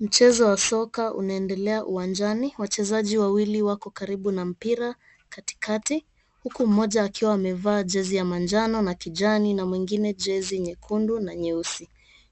Mchezo wa soka unaendelea uwanjani. Wachezaji wawili wako karibu na mpira katikati, huku mmoja akiwa amevaa jezi ya manjano na kijani, na mwengine jezi nyekundu na nyeusi.